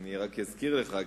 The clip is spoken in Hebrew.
אני אזכיר לך,